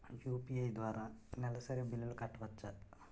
UPI ద్వారా నెలసరి బిల్లులు కట్టవచ్చా?